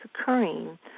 occurring